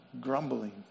grumbling